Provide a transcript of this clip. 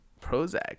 Prozac